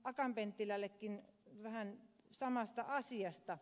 akaan penttilällekin vähän samasta asiasta